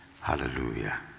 Hallelujah